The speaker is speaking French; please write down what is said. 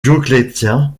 dioclétien